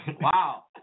Wow